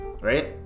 right